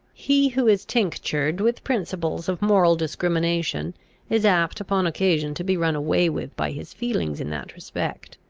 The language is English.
he who is tinctured with principles of moral discrimination is apt upon occasion to be run away with by his feelings in that respect,